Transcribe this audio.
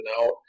out